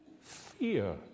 fear